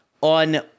on